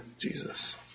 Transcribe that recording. Jesus